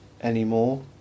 anymore